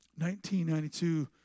1992